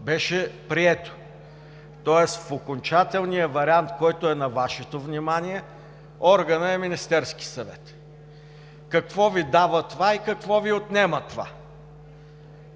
беше прието. Тоест в окончателния вариант, който е на Вашето внимание, органът е Министерският съвет. Какво Ви дава това и какво Ви отнема това?